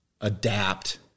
adapt